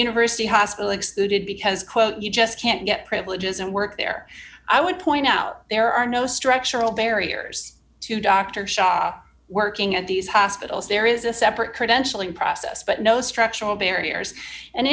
university hospital excluded because you just can't get privileges and work there i would point out there are no structural barriers to dr shah working at these hospitals there is a separate credentialing process but no structural barriers and